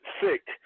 sick